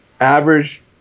average